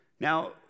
Now